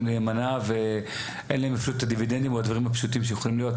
נאמנה ואין להם אפילו את הדיבידנדים או הדברים הפשוטים שיכולים להיות.